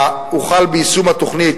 הוחל ביישום התוכנית,